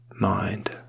mind